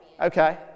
okay